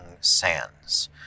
Sands